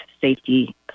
safety